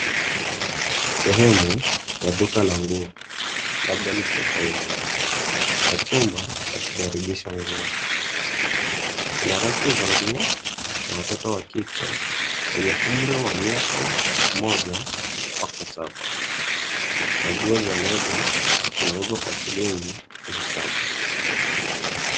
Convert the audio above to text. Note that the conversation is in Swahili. Sehemu ya duka la nguo, labda Mr.price na chumba cha kujaribia nguo. Kuna raki za nguo za watoto wa kike wenye umri wa miaka mmoja mpaka saba na nguo za (cs) leggings(cs) zinauzwa Kwa shilingi mia Saba.